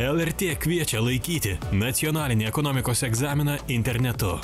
lrt kviečia laikyti nacionalinį ekonomikos egzaminą internetu